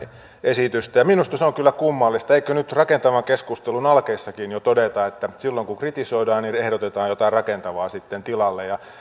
esitystä minusta se on kyllä kummallista eikö nyt rakentavan keskustelun alkeissakin jo todeta että silloin kun kritisoidaan niin ehdotetaan jotain rakentavaa sitten tilalle